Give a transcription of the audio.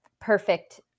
perfect